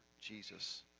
Jesus